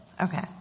Okay